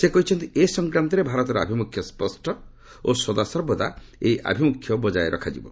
ସେ କହିଛନ୍ତି ଏ ସଂକ୍ରାନ୍ତରେ ଭାରତ ଆଭିମୁଖ୍ୟ ସ୍ୱଷ୍ଟ ଓ ସଦା ସର୍ବଦା ଏହି ଆଭିମୁଖ୍ୟ ବଜାୟ ରଖାଯିବ